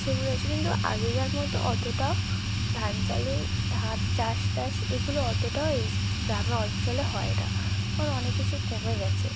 সেগুলো আছে কিন্তু আগেকার মত অতটাও ধান চালে ধান চাষ টাষ এগুলো অতটাও এই যে গ্রামে অঞ্চলে হয় না এখন অনেক কিছু কমে গেছে